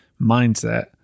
mindset